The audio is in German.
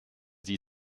sie